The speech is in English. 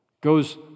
goes